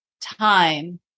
time